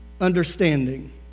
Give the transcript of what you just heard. understanding